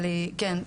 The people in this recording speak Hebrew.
אבל כן.